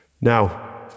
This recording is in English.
Now